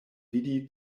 vidi